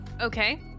Okay